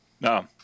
No